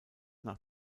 nach